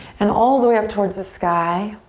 and all the way up towards the sky.